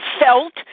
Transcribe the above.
felt